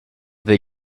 their